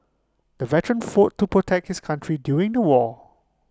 the veteran fought to protect his country during the war